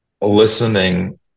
listening